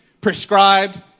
prescribed